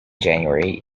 january